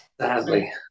Sadly